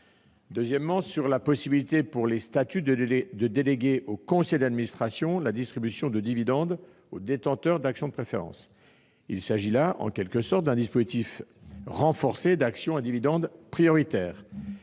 deuxièmement, de la possibilité pour les statuts de déléguer au conseil d'administration la distribution de dividendes aux détenteurs d'actions de préférence, c'est là, en quelque sorte, un dispositif renforcé d'action à dividende prioritaire.